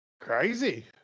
Crazy